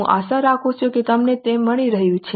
હું આશા રાખું છું કે તમને તે મળી રહ્યું છે